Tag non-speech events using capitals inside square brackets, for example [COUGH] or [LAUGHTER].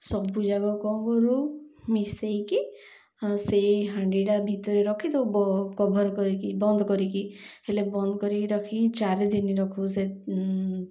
ସବୁ ଜାଗକ କ'ଣ ମିଶେଇକି ସେଇ ହାଣ୍ଡିଟା ଭିତରେ ରଖିଦଉ [UNINTELLIGIBLE] କଭର୍ କରିକି ବନ୍ଦ କରିକି ହେଲେ ବନ୍ଦ କରିକି ରଖିକି ଚାରି ଦିନ ରଖୁ ସେ